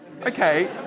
Okay